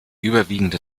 überwiegende